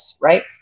right